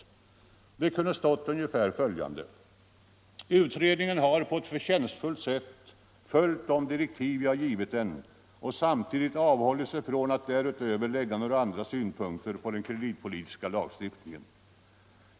Det kunde ha stått ungefär följande: ”Utredningen = Lagförslag om har på ett förtjänstfullt sätt följt de direktiv jag givit den och samtidigt — kreditpolitiska avhållit sig från att därutöver lägga några andra synpunkter på den kre — medel, m.m. ditpolitiska lagstiftningen.